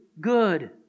good